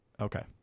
Okay